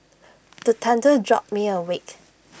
the thunder jolt me awake